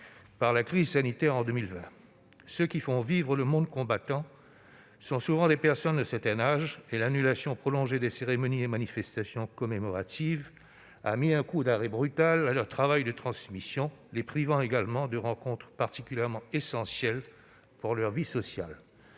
par la crise sanitaire. Ceux qui font vivre le monde combattant sont souvent des personnes d'un certain âge et l'annulation prolongée des cérémonies et des manifestations commémoratives a mis un coup d'arrêt brutal à leur travail de transmission, les privant également de rencontres particulièrement essentielles pour leur vie sociale.